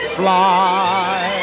fly